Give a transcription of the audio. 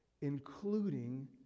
including